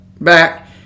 back